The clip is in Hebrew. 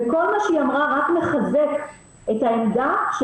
וכל מה שהיא אמרה רק מחזק את העמדה של